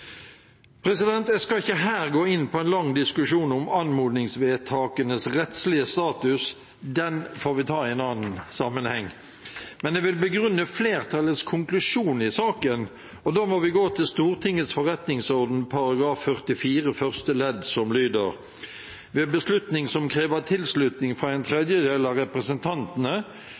Jeg skal ikke her gå inn på en lang diskusjon om anmodningsvedtakenes rettslige status, den får vi ta i en annen sammenheng, men jeg vil begrunne flertallets konklusjon i saken, og da må vi gå til Stortingets forretningsorden § 44 første ledd som lyder: «Ved beslutning som krever tilslutning fra en tredjedel av representantene,